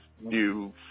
new